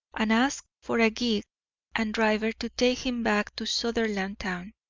and asked for a gig and driver to take him back to sutherlandtown.